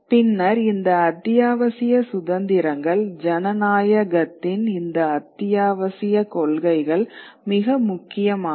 பின்னர் இந்த அத்தியாவசிய சுதந்திரங்கள் ஜனநாயகத்தின் இந்த அத்தியாவசியக் கொள்கைகள் மிக முக்கியமானவை